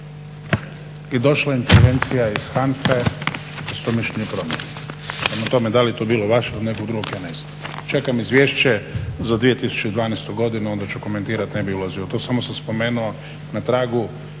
i došla je intervencija iz HANFA-e da se to mišljenje promijeni. Prema tome da li je to bilo … od nekog drugog ja ne znam. Čekam Izvješće za 2012. godinu, onda ću komentirati. Ne bih ulazio u to, samo sam spomenuo na tragu